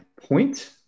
point